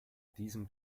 diesem